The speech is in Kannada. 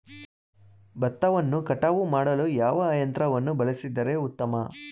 ಭತ್ತವನ್ನು ಕಟಾವು ಮಾಡಲು ಯಾವ ಯಂತ್ರವನ್ನು ಬಳಸಿದರೆ ಉತ್ತಮ?